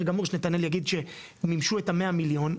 גמור שנתנאל יגיד שמימשו את המאה מיליון,